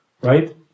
right